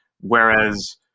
Whereas